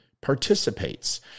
participates